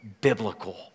biblical